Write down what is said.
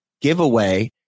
giveaway